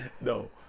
No